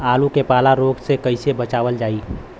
आलू के पाला रोग से कईसे बचावल जाई?